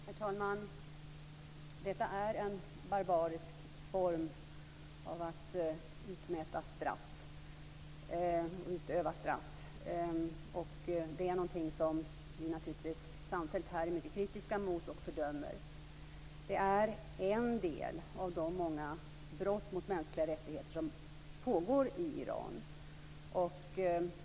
Herr talman! Det som här nämns är en barbarisk form för att utöva straff. Det är något som vi här naturligtvis samfällt är mycket kritiska mot och som vi fördömer. Det här är en del av de många brott mot mänskliga rättigheter som pågår i Iran.